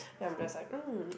then I'm just like mm